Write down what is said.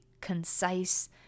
concise